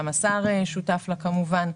גם השר שותף לה כמובן,